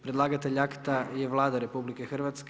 Predlagatelj akta je Vlada RH.